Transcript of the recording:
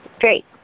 Great